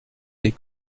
des